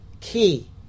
key